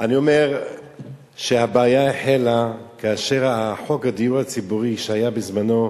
אני אומר שהבעיה החלה כאשר חוק הדיור הציבורי שהיה בזמנו,